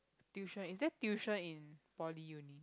tuition is there tuition in poly uni